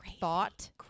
thought